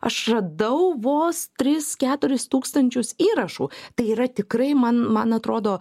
aš radau vos tris keturis tūkstančius įrašų tai yra tikrai man man atrodo